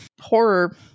horror